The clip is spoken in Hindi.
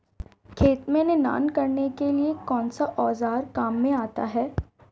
खेत में निनाण करने के लिए कौनसा औज़ार काम में आता है?